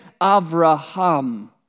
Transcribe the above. Avraham